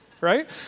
right